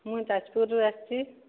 ମୁଁ ଯାଜପୁର ରୁ ଆସିଛି